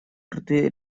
рты